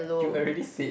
you already said